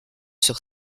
sur